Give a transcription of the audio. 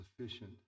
sufficient